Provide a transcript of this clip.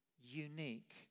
unique